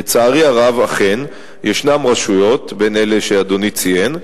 לצערי הרב, אכן ישנן רשויות, בין אלה שאדוני ציין,